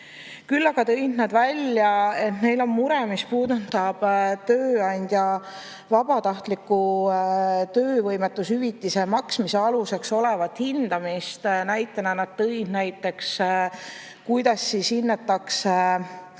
Küll aga tõid nad välja, et neil on mure, mis puudutab tööandja vabatahtliku töövõimetushüvitise maksmise aluseks olevat hindamist. Nad tõid näiteks, kuidas siis hinnatakse